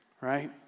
right